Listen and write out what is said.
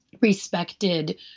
respected